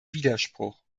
widerspruch